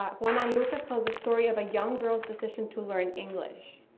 juana and lucas tells the story of a young girl's decision to learn english.